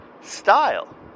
style